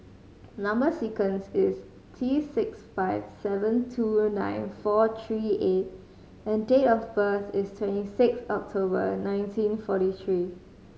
number sequence is T six five seven two nine four three A and date of birth is twenty six October nineteen forty three